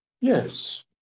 Yes